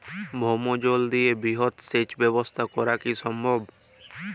ভৌমজল দিয়ে বৃহৎ সেচ ব্যবস্থা করা কি সম্ভব?